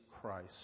Christ